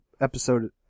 episode